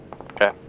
Okay